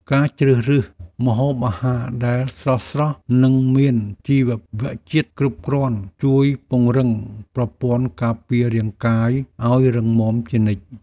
ការជ្រើសរើសម្ហូបអាហារដែលស្រស់ៗ និងមានជីវជាតិគ្រប់គ្រាន់ជួយពង្រឹងប្រព័ន្ធការពាររាងកាយឱ្យរឹងមាំជានិច្ច។